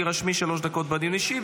תירשמי לשלוש דקות בדיון האישי,